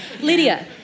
Lydia